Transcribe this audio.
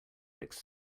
fix